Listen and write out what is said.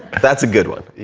that's a good one.